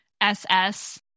SS